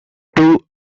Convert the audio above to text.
two